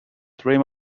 dream